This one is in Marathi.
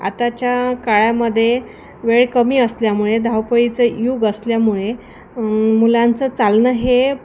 आताच्या काळामध्ये वेळ कमी असल्यामुळे धावपळीचं युग असल्यामुळे मुलांचं चालणं हे